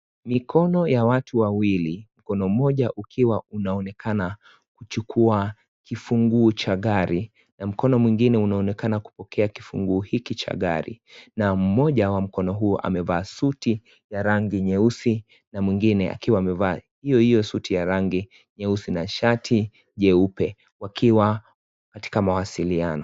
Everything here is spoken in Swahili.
Mikono ya watu wawili mkono mmoja inaonekana kuchukua kifungo cha gari na mkono mwingine inaonekana ikipokea kifunguohichi cha gari na amevaa suti nyeusi na mwingine akiwa amevaa hiyo hiyo suti nyeusi na shati nyeupe wakiwa katika mawasiliano.